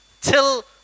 till